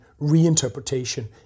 reinterpretation